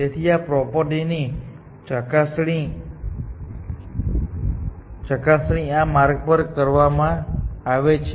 તેથી આ પ્રોપર્ટી ની ચકાસણી આ માર્ગ પર કરવામાં આવે છે